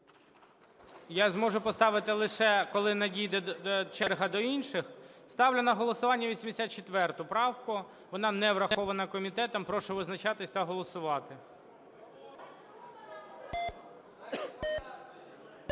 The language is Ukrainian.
Я зможу поставити лише, коли надійде черга до інших. Ставлю на голосування 84 правку. Вона не врахована комітетом. Прошу визначатися та голосувати.